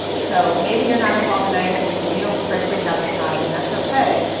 so maybe you're not involved in anything, because you don't frankly have the time. and that's ok.